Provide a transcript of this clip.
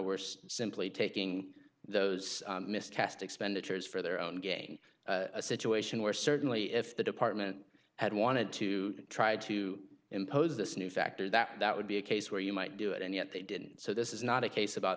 worse simply taking those miscast expenditures for their own gain a situation where certainly if the department had wanted to try to impose this new factor that would be a case where you might do it and yet they didn't so this is not a case about